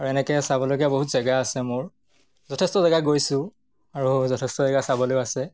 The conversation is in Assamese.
আৰু এনেকৈ চাবলগীয়া বহুত জেগা আছে মোৰ যথেষ্ট জেগা গৈছোঁ আৰু যথেষ্ট জেগা চাবলৈও আছে